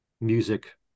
music